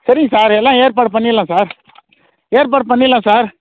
சரிங் சார் எல்லாம் ஏற்பாடு பண்ணிடலாம் சார் ஏற்பாடு பண்ணிடலாம் சார்